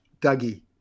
dougie